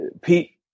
Pete